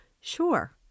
sure